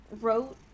wrote